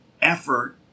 effort